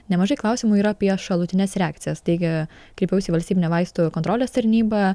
nemažai klausimų yra apie šalutines reakcijas taigi kreipiaus į valstybinę vaistų kontrolės tarnybą